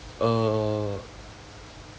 err